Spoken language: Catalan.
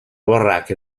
barraca